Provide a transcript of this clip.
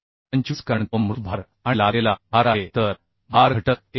25 कारण तो मृत भार आणि लादलेला भार आहे तर भार घटक 1